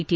T